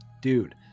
Dude